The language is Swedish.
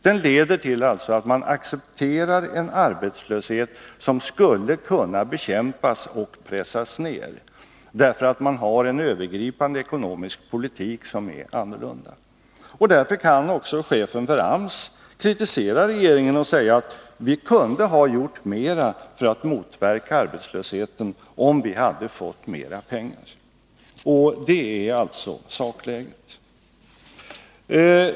Den leder alltså till att man accepterar en arbetslöshet som skulle kunna bekämpas och pressas ner, om man hade en annan övergripande ekonomisk politik. Därför kan också chefen för AMS kritisera regeringen och säga: ”Vi kunde ha gjort mera för att motverka arbetslösheten, om vi hade fått mera pengar.” Detta är alltså sakläget.